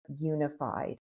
unified